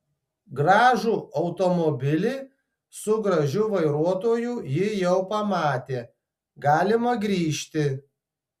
gražų automobilį su gražiu vairuotoju ji jau pamatė galima grįžti